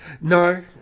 No